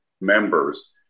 members